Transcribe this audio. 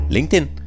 LinkedIn